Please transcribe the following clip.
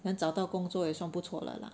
能找到工作也算不错了啦